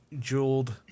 jeweled